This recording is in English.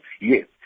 yes